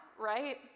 right